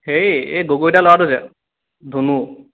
হেৰি এই গগৈ দাৰ ল'ৰাটো যে ধুনু